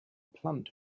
plant